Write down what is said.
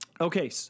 Okay